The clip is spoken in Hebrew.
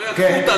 שלא יעקפו אותנו.